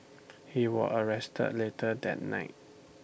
he was arrested later that night